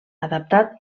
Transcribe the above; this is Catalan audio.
adaptat